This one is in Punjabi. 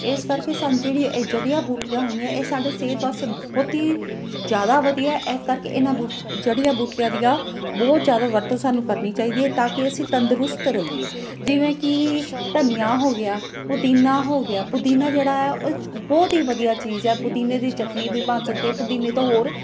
ਇਸ ਕਰਕੇ ਸਾਨੂੰ ਜਿਹੜੀ ਇਹ ਜੜੀਆਂ ਬੂਟੀਆਂ ਹੁੰਦੀਆਂ ਇਹ ਸਾਡੇ ਸਿਹਤ ਵਾਸਤੇ ਬਹੁਤ ਹੀ ਜ਼ਿਆਦਾ ਵਧੀਆ ਇਸ ਕਰਕੇ ਇਹਨਾਂ ਬੂਟ ਜੜੀਆਂ ਬੂਟੀਆਂ ਦੀਆਂ ਬਹੁਤ ਜ਼ਿਆਦਾ ਵਰਤੋਂ ਸਾਨੂੰ ਕਰਨੀ ਚਾਹੀਦੀ ਹੈ ਤਾਂ ਕਿ ਅਸੀਂ ਤੰਦਰੁਸਤ ਰਹੀਏ ਜਿਵੇਂ ਕਿ ਧਨੀਆ ਹੋ ਗਿਆ ਪੁਦੀਨਾ ਹੋ ਗਿਆ ਪੁਦੀਨਾ ਜਿਹੜਾ ਹੈ ਉਹ ਬਹੁਤ ਹੀ ਵਧੀਆ ਚੀਜ਼ ਹੈ ਪੁਦੀਨੇ ਦੀ ਚਟਨੀ ਵੀ ਬਣ ਸਕਦੀ ਹੈ ਪੁਦੀਨੇ ਤੋਂ ਹੋਰ